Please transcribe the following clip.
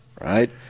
right